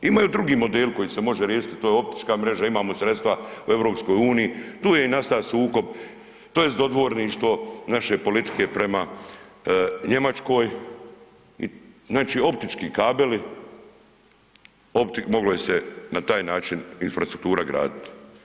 Imaju drugi modeli koji se mogu riješiti to je optička mreža, imamo sredstva u EU tu je nastao i sukob tj. dodvorništvo naše politike prema Njemačkoj, znači optički kabeli moglo se na taj način infrastruktura gradit.